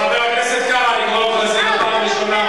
חבר הכנסת קרא, אני קורא אותך לסדר פעם ראשונה.